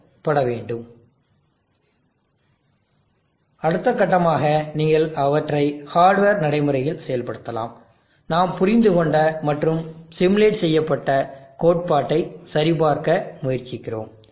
ஆகவே நாம் செயல்படுத்திய ஹில் கிளைம்பிங் அல்காரிதத்தை அடுத்த கட்டமாக நீங்கள் அவற்றை ஹார்ட்வேர் நடைமுறையில் செயல்படுத்தலாம் நாம் புரிந்துகொண்ட மற்றும் சிமுலேட் செய்யப்பட்ட கோட்பாட்டை சரிபார்க்க முயற்சிக்கிறோம்